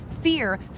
fear